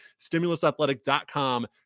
Stimulusathletic.com